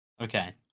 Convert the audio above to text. Okay